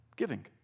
giving